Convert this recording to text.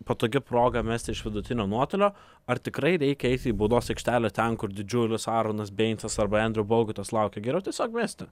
patogi proga mesti iš vidutinio nuotolio ar tikrai reikia eiti į baudos aikštelę ten kur didžiulis aronas beincas arba endriu bogutas laukia geriau tiesiog mesti